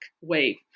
wave